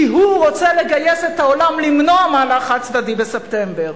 כי הוא רוצה לגייס את העולם למנוע מהלך חד-צדדי בספטמבר.